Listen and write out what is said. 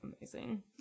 amazing